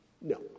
No